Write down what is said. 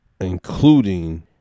including